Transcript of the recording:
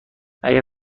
اگر